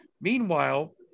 meanwhile